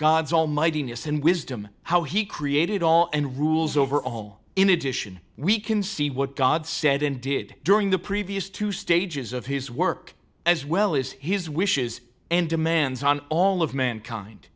god's almightiness and wisdom how he created all and rules over all in addition we can see what god said and did during the previous two stages of his work as well as his wishes and demands on all of mankind